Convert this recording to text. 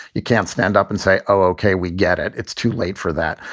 you can't stand up and say, oh, ok, we get it. it's too late for that.